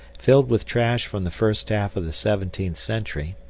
filled with trash from the first half of the seventeenth century,